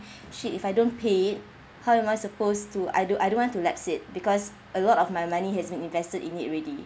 shit if I don't pay it how am I supposed to I do I don't want to lapse it because a lot of my money has been invested in it already